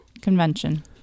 convention